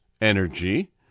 energy